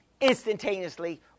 instantaneously